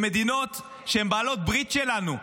שמדינות שהן בעלות ברית שלנו אומרות: